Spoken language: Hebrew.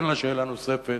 ואין לה שאלה נוספת.